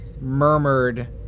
murmured